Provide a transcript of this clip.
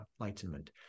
enlightenment